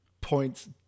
points